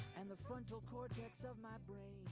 and the frontal cortex um um